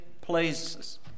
places